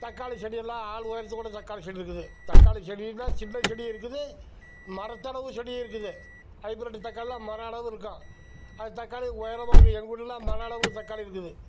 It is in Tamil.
தக்காளி செடியெல்லாம் ஆள் உயரத்துக்கு கூட தக்காளி செடி இருக்குது தக்காளி செடினா சின்ன செடியும் இருக்குது மரத்தளவு செடியும் இருக்குது ஹைப்ரிட் தக்காளிலாம் மரம் அளவுக்கு இருக்கும் அந்த தக்காளி உயரமா இருக்கும் எங்கள் ஊர்லல்லாம் மரம் அளவு தக்காளி இருக்குது